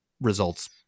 results